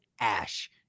Ash